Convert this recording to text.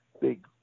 big